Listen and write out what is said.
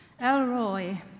Elroy